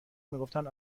میگفتن